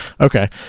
okay